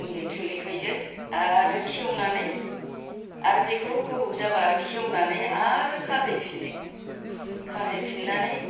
मुलि थुलि होयो आरो खेवनानै आरो बेखौ गोबाव जाबा खेवनानै आरो खाहैफिनो खाहैफिननानै